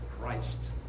Christ